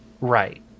Right